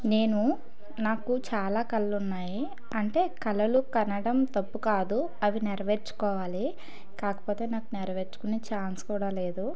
నేను నాకు చాలా కలలు ఉన్నాయి అంటే కలలు కనడం తప్పు కాదు అవి నెరవేర్చుకోవాలి కాకపోతే నాకు నెరవేర్చుకునే ఛాన్స్ కూడా లేదు